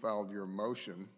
filed your motion